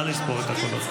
נא לספור את הקולות.